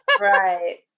Right